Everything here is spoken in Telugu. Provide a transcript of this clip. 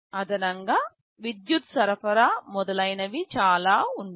అదనంగా విద్యుత్ సరఫరా మొదలైనవి చాలా ఉన్నాయి